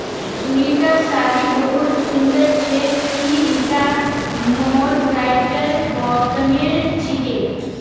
सुनीतार साड़ी बहुत सुंदर छेक, की ईटा मर्सराइज्ड कॉटनेर छिके